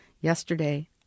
Yesterday